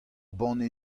banne